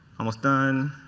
almost done.